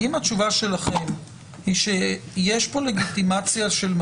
אדוני, אני מבקש להתייחס לעניין הזה.